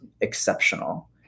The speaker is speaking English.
exceptional